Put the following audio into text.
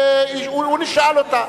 והוא נשאל אותה.